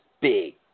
big